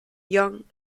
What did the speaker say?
young